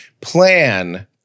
plan